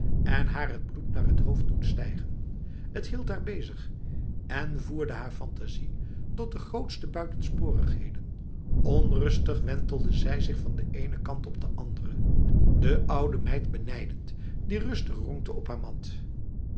en haar het bloed naar het hoofd doen stijgen het hield haar bezig en voerde haar fantasie tot de grootste buitensporigheden onrustig wentelde zij zich van de ene kant op de andere de oude meid benijdend die rustig ronkte op haar mat